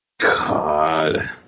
God